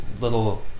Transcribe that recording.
little